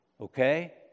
Okay